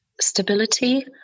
stability